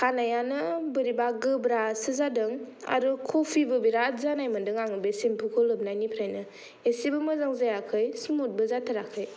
खानायानो बोरैबा गोब्रासो जादों आरो कपिबो बिराट जानाय मोनदों आं बे सेमफुखौ लोबनायनिफ्रायनो एसेबो मोजां जायाखै सिमुतबो जाथाराखै